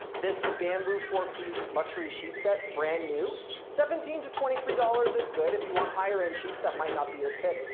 this bamboo four piece luxury sheet set brand new seventeen to twenty three dollars is good if you want higher end sheets that might not be your pick.